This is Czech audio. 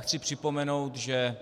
Chci připomenout, že